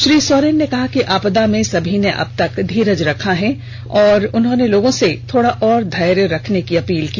श्री सोरेन ने कहा कि आपदा में सभी ने अब तक धीरज रखा है उन्होंने लोगों से थोड़ा और धैर्य रखने की अपील की